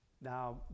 Now